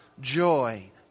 joy